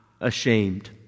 ashamed